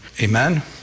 Amen